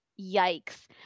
Yikes